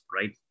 Right